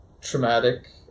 traumatic